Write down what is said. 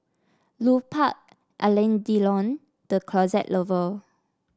Lupark Alain Delon The Closet Lover